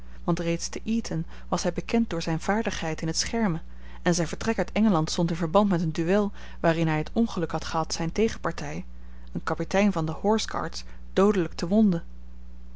want reeds te eton was hij bekend door zijne vaardigheid in het schermen en zijn vertrek uit engeland stond in verband met een duel waarin hij het ongeluk had gehad zijne tegenpartij een kapitein van de horse guards doodelijk te wonden